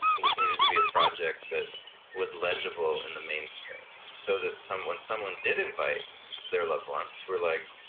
and this needed to be a project that was legible in the mainstream, so that when someone did invite their loved ones who were like,